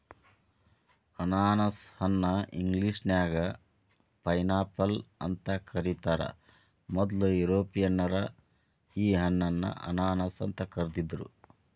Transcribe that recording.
ಅನಾನಸ ಹಣ್ಣ ಇಂಗ್ಲೇಷನ್ಯಾಗ ಪೈನ್ಆಪಲ್ ಅಂತ ಕರೇತಾರ, ಮೊದ್ಲ ಯುರೋಪಿಯನ್ನರ ಈ ಹಣ್ಣನ್ನ ಅನಾನಸ್ ಅಂತ ಕರಿದಿದ್ರು